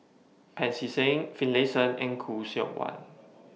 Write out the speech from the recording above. Pancy Seng Finlayson and Khoo Seok Wan